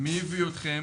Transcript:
מי הביא אתכם,